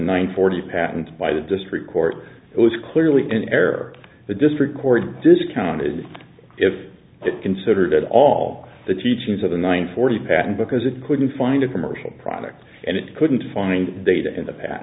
nine forty patents by the district court was clearly in error the district court discounted if it considered at all the teachings of the nine forty patent because it couldn't find a commercial product and it couldn't find data in the pa